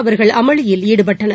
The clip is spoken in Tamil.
அவர்கள் அமளியில் ஈடுபட்டனர்